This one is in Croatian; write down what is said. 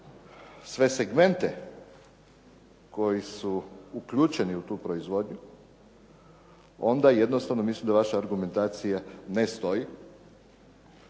sve segmente koji su uključeni u tu proizvodnju, onda jednostavno mislim da vaša argumentacija ne stoji,